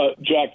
Jack